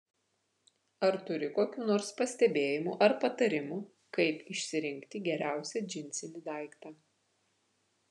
ar turi kokių nors pastebėjimų ar patarimų kaip išsirinkti geriausią džinsinį daiktą